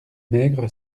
maigre